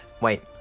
Wait